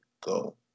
go